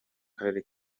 karere